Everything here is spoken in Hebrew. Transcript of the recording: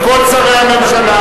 מכל שרי הממשלה,